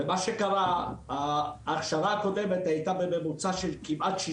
ומה שקרה היה שההכשרה הקודמת הייתה בממוצע של כ-60.